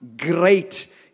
great